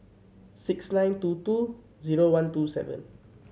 six nine two two zero one two seven